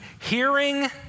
hearing